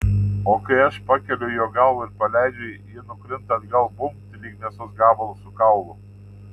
o kai aš pakeliu jo galvą ir paleidžiu ji nukrinta atgal bumbt lyg mėsos gabalas su kaulu